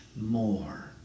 more